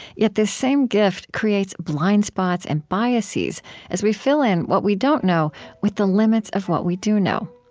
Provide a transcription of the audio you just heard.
yet this same gift creates blind spots and biases as we fill in what we don't know with the limits of what we do know.